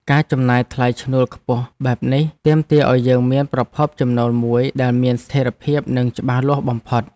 ការចំណាយថ្លៃឈ្នួលខ្ពស់បែបនេះទាមទារឱ្យយើងមានប្រភពចំណូលមួយដែលមានស្ថិរភាពនិងច្បាស់លាស់បំផុត។